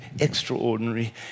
extraordinary